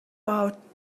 out